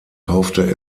kaufte